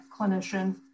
clinician